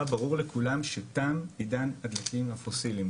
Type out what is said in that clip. ברור לכולם שתם עידן הדלקים הפוסיליים.